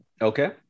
Okay